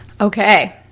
Okay